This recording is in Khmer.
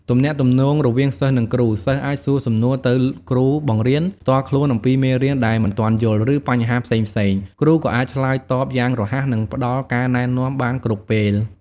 ទំនាក់ទំនងរវាងសិស្សនិងគ្រូ សិស្សអាច សួរសំណួរទៅគ្រូបង្រៀន ផ្ទាល់ខ្លួនអំពីមេរៀនដែលមិនទាន់យល់ ឬបញ្ហាផ្សេងៗ។ គ្រូក៏អាចឆ្លើយតបយ៉ាងរហ័ស និងផ្តល់ការណែនាំបានគ្រប់ពេល។